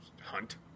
hunt